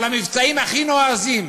המבצעים הכי נועזים,